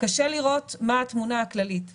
קשה לראות מה התמונה הכללית.